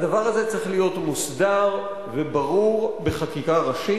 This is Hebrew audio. הדבר הזה צריך להיות מוסדר וברור, בחקיקה ראשית,